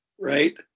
right